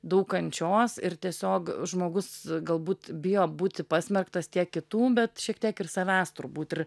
daug kančios ir tiesiog žmogus galbūt bijo būti pasmerktas tiek kitų bet šiek tiek ir savęs turbūt ir